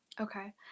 Okay